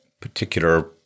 particular